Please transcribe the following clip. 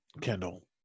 Kendall